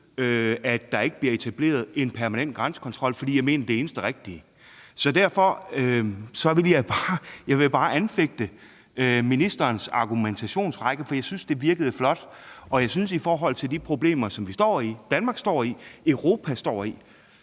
at der ikke bliver etableret en permanent grænsekontrol, fordi jeg mener, at det er det eneste rigtige. Så jeg vil bare anfægte ministerens argumentationsrække, for jeg synes, at det virkede flot. Og jeg synes, at der, i forhold til de problemer som Danmark står i, Europa står i,